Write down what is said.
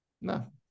No